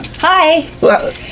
Hi